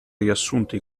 riassunti